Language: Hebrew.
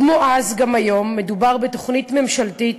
כמו אז גם היום מדובר בתוכנית ממשלתית.